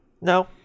no